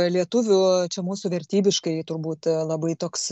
lietuvių čia mūsų vertybiškai turbūt labai toks